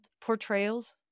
portrayals